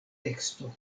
teksto